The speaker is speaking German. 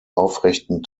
aufrechten